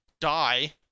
die